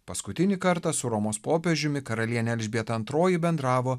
paskutinį kartą su romos popiežiumi karalienė elžbieta antroji bendravo